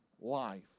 life